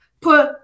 put